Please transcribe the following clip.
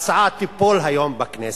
ההצעה תיפול היום בכנסת,